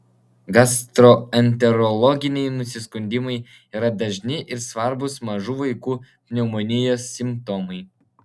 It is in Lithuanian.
gastroenterologiniai nusiskundimai yra dažni ir svarbūs mažų vaikų pneumonijos simptomai